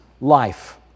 life